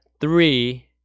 Three